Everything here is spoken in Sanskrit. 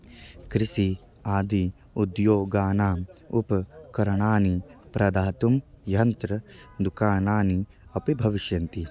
कृषिः आदि उद्योगानाम् उपकरणानि प्रदातुं यन्त्रं दुकानानि अपि भविष्यन्ति